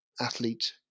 athlete